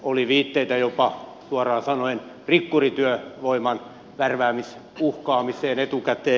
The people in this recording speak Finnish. oli viitteitä jopa suoraan sanoen rikkurityövoiman värväämisellä uhkaamiseen etukäteen